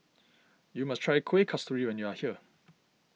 you must try Kuih Kasturi when you are here